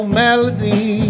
melody